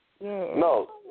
No